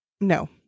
No